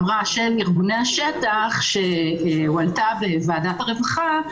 של ארגוני השטח שהועלתה בוועדת הרווחה,